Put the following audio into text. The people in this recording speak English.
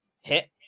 hit